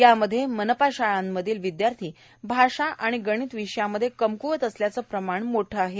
यामध्ये मनपा शाळांतील विद्यार्थी आषा गणित विषयामध्ये कमकुवत असल्याचे प्रमाण मोठे आहे